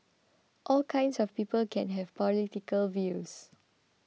all kinds of people can have political views